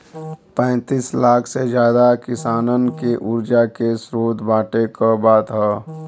पैंतीस लाख से जादा किसानन के उर्जा के स्रोत बाँटे क बात ह